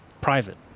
private